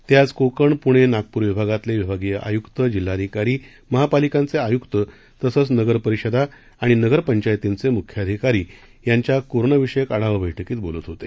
ते आज कोकण पुणे आणि नागपूर विभागातले विभागीय आयुक्त जिल्हाधिकारी महापालिकांचे आयुक्त तसंच नगर परिषदा आणि नगर पंचायतींचे मुख्याधिकारी यांच्या कोरोनाविषयक आढावा बैठकीत बोलत होते